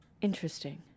Interesting